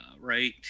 right